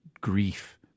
grief